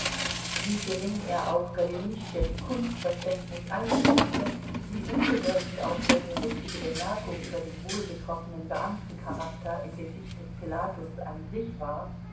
wie gering er auch golenischtschews kunstverständnis einschätzte wie unbedeutend auch dessen richtige bemerkung über den wohlgetroffenen beamtencharakter im gesicht des pilatus an sich war